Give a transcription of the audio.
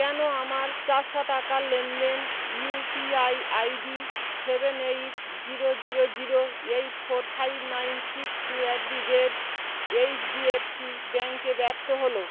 কেন আমার চারশো টাকার লেনদেন UPI ID seven eight zero zero zero eight four five nine six two at the rate HDFC ব্যাঙ্কে ব্যর্থ হল